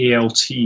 ALT